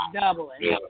doubling